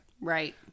Right